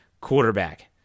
quarterback